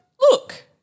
Look